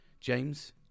james